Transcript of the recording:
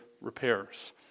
repairs